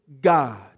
God